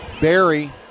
Barry